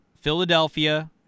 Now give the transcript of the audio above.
Philadelphia